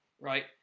right